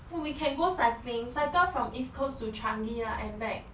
oo we can go cycling cycle from east coast to changi lah and back